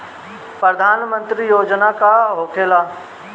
प्रधानमंत्री योजना का होखेला?